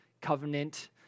covenant